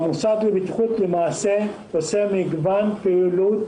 המוסד לבטיחות עושה מגוון של פעילות